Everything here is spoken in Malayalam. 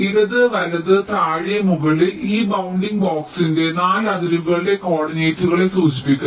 ഇടത് വലത് താഴെ മുകളിൽ ഈ ബൌണ്ടിംഗ് ബോക്സിന്റെ 4 അതിരുകളുടെ കോർഡിനേറ്റുകളെ സൂചിപ്പിക്കുന്നു